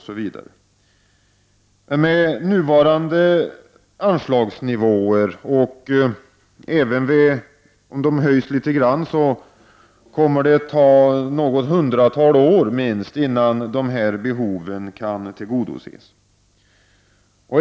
Med nuvarande anslagsnivåer, och även om de höjs litet grand, kommer det att ta något hundratal år innan behoven kan tillgodses.